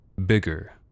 bigger